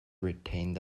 retained